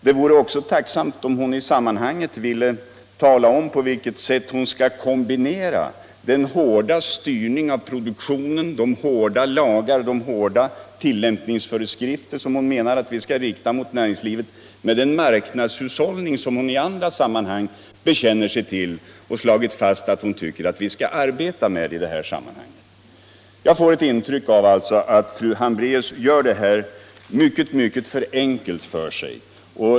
Det vore också tacknämligt om hon ville tala om på vilket sätt hon vill att vi skall kombinera den hårda styrning av produktionen och de hårda lagar och tillämpningsföreskrifter hon menar att vi skall rikta mot näringslivet med den marknadshushållning, som hon i andra sammanhang bekänner sig till och slagit fast att hon tycker att vi skall arbeta med. Jag får alltså ett intryck av att fru Hambraeus gör det alldeles för enkelt för sig.